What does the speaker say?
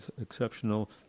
Exceptional